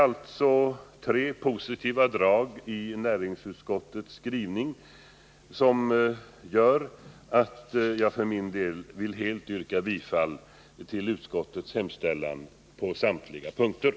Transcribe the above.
Dessa tre positiva drag i utskottets skrivning gör att jag vill helt yrka bifall till utskottets hemställan i samtliga moment.